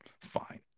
Fine